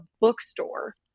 bookstore